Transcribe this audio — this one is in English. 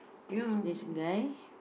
okay this guy